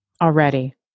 Already